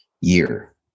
year